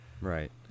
Right